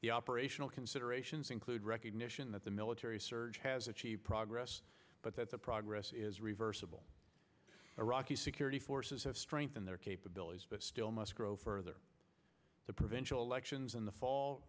the operational considerations include recognition that the military surge has achieved progress but that the progress is reversible iraqi security forces have strengthened their capabilities but still must grow further the provincial elections in the fall